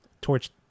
torch